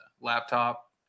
laptop